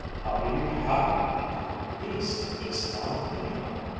how do you happen to come east just now, anyhow?